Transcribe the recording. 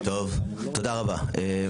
תודה רבה.